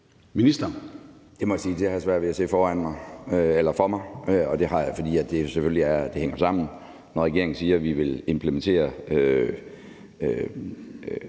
Det må jeg sige at jeg har svært ved at se for mig, og det har jeg, fordi det selvfølgelig hænger sammen, når regeringen siger, at vi vil implementere